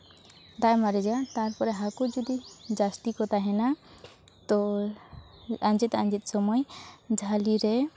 ᱫᱟᱜᱼᱮᱢ ᱟᱨᱮᱡᱟ ᱛᱟᱨᱯᱚᱨ ᱦᱟᱹᱠᱩ ᱡᱩᱫᱤ ᱡᱟᱹᱥᱛᱤ ᱠᱚ ᱛᱟᱦᱮᱱᱟ ᱛᱚ ᱟᱸᱡᱮᱫᱼᱟᱸᱡᱮᱫ ᱥᱚᱢᱚᱭ ᱡᱷᱟᱹᱞᱤ ᱨᱮ